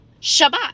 Shabbat